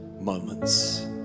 moments